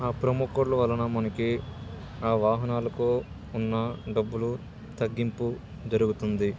ఆ ప్రొమో కోడ్లు వలన మనకి ఆ వాహనాలకు ఉన్న డబ్బులు తగ్గింపు జరుగుతుంది